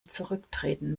zurücktreten